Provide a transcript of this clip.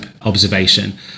observation